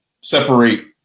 separate